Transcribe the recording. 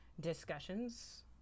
discussions